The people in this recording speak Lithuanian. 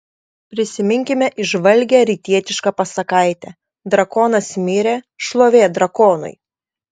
prisiminkime įžvalgią rytietišką pasakaitę drakonas mirė šlovė drakonui